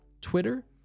Twitter